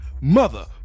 Mother